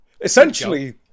Essentially